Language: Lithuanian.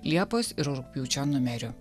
liepos ir rugpjūčio numeriu